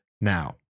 now